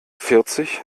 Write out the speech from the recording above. vierzig